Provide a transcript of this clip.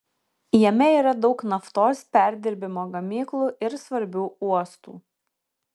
jame yra daug naftos perdirbimo gamyklų ir svarbių uostų